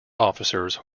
officers